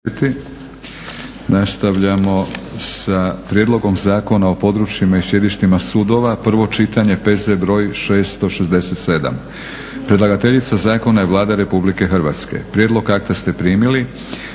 Nastavljamo sa - prijedlog Zakona o područjima i sjedištima sudova, prvo čitanje, P.Z. br. 667; Predlagateljica zakona je Vlada Republike Hrvatske. Prijedlog akta ste primili.